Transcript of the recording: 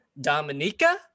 Dominica